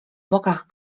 bokach